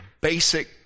basic